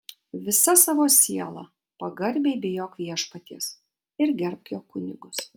visa savo siela pagarbiai bijok viešpaties ir gerbk jo kunigus